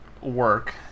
work